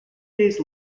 days